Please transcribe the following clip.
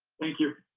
thank you